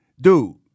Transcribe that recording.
Dude